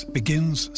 begins